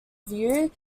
view